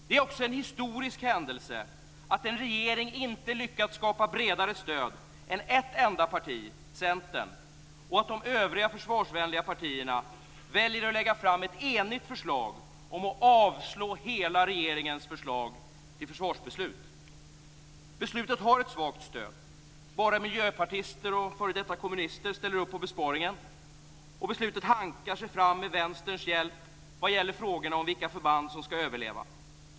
Det är också en historisk händelse att en regering inte lyckats skapa bredare stöd än ett enda parti, Centern, och att de övriga försvarsvänliga partierna väljer att lägga fram ett enigt förslag om att avslå hela regeringens förslag till försvarsbeslut. Beslutet har ett svagt stöd. Bara miljöpartister och f.d. kommunister ställer upp på besparingar. Beslutet hankar sig fram med Vänsterns hjälp vad gäller frågorna om vilka förband som ska överleva.